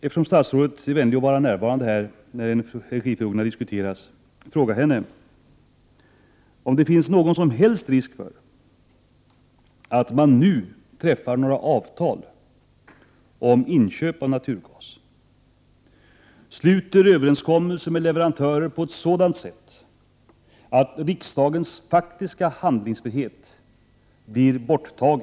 Eftersom statsrådet är vänlig att vara närvarande här när energifrågorna diskuteras, vill jag fråga henne om det finns någon som helst risk för att man nu—med regeringens samtycke — träffar avtal om inköp av naturgas och sluter överenskommelser med leverantörer på ett sådant sätt att riksdagens faktiska handlingsfrihet går förlorad.